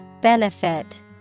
Benefit